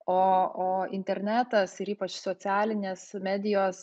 o o internetas ir ypač socialinės medijos